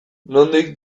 nondik